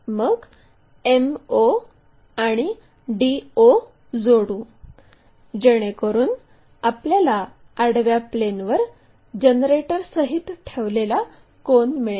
मग m o आणि d o जोडू जेणेकरून आपल्याला आडव्या प्लेनवर जनरेटर सहीत ठेवलेला कोन मिळेल